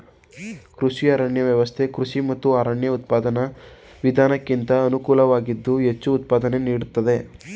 ಕೃಷಿ ಅರಣ್ಯ ವ್ಯವಸ್ಥೆ ಕೃಷಿ ಮತ್ತು ಅರಣ್ಯ ಉತ್ಪಾದನಾ ವಿಧಾನಕ್ಕಿಂತ ಅನುಕೂಲವಾಗಿದ್ದು ಹೆಚ್ಚು ಉತ್ಪಾದನೆ ನೀಡ್ತದೆ